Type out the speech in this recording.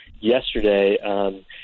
yesterday